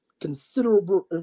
considerable